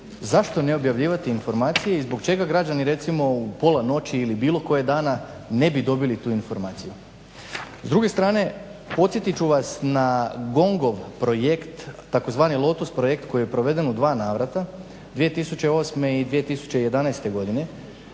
zašto ne objavljivati informacije i zbog čega građani recimo u pola noći ili bilo koje dana ne bi dobili tu informaciju? S druge strane podsjetit ću vas na GONG-ov projekt, tzv. Lotus projekt koji je proveden u dva navrata 2008. i 2011. godine,